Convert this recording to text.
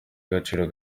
agaciro